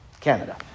Canada